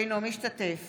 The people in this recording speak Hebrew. אינו משתתף